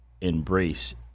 embrace